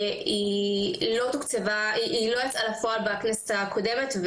היא לא יצאה לפועל בכנסת הקודמת,